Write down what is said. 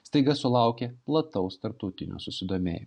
staiga sulaukė plataus tarptautinio susidomėjimo